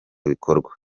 bikorwa